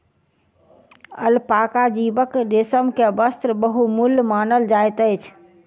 alpaca जीवक रेशम के वस्त्र बहुमूल्य मानल जाइत अछि